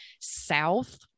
South